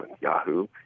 Yahoo